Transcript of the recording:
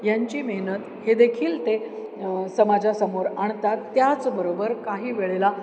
यांची मेहनत हे देखील ते समाजासमोर आणतात त्याचबरोबर काही वेळेला